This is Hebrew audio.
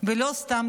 האמת,